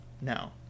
No